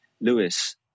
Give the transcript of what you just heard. Lewis